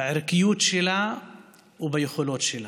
בערכיות שלה וביכולות שלה.